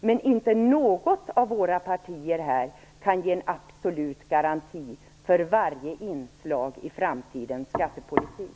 Men inte något av partierna här kan ge absolut garanti för varje inslag i framtidens skattepolitik.